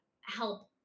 help